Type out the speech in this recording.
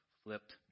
flipped